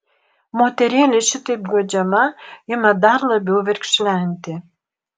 moterėlė šitaip guodžiama ima dar labiau verkšlenti